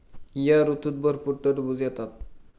या ऋतूत भरपूर टरबूज येतात